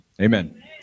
Amen